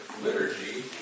liturgy